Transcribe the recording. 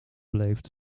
beleefd